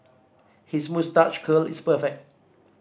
his moustache curl is perfect